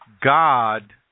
God